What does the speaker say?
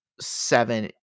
seven